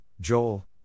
Joel